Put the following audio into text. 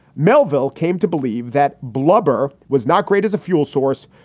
melville came to believe that blubber was not great as a fuel source,